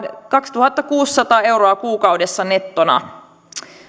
kaksituhattakuusisataa euroa kuukaudessa nettona